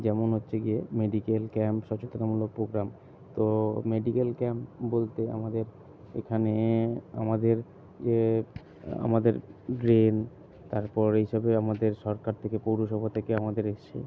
যেমন হচ্ছে গিয়ে মেডিকেল ক্যাম্প সচেতনামূলক প্রগ্রাম তো মেডিকেল ক্যাম্প বলতে আমাদের এখানে আমাদের যে আমাদের ড্রেন তারপর এইসবে আমাদের সরকার থেকে পৌরসভা থেকে আমাদের এসছে